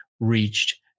Reached